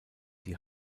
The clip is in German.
die